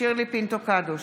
שירלי פינטו קדוש,